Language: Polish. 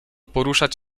poruszać